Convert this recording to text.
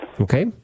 Okay